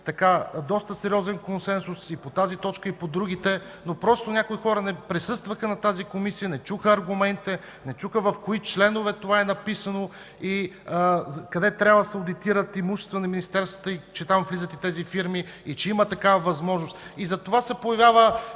доста сериозен консенсус и по тази точка, и по другите. Някои хора не присъстваха на тази комисия, не чуха аргументите, не чуха в кои членове това е написано и къде трябва да се одитират имущества на министерствата, че там влизат и тези фирми, че има такава възможност. Затова се появява